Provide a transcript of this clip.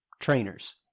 trainers